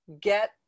get